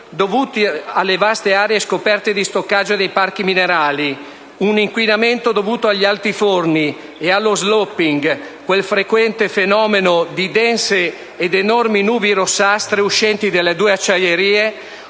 dovuto alle vaste aree scoperte di stoccaggio dei parchi minerali; un inquinamento dovuto agli altiforni e allo *slopping*, quel frequente fenomeno di dense ed enormi nubi rossastre uscenti dalle due acciaierie